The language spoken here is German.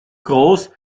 groß